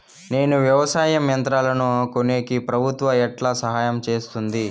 నేను వ్యవసాయం యంత్రాలను కొనేకి ప్రభుత్వ ఎట్లా సహాయం చేస్తుంది?